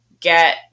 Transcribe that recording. get